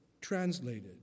translated